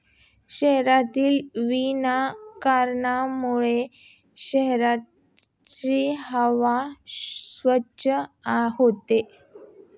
शहरातील वनीकरणामुळे शहराची हवा स्वच्छ होते